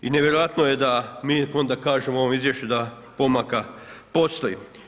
I nevjerojatno je da mi onda kažemo u ovom izvješću da pomaka postoji.